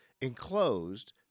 Enclosed